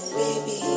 baby